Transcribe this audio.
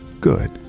good